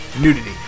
Nudity